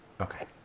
Okay